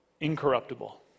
incorruptible